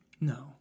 No